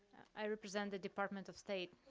i represent the department of state,